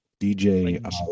dj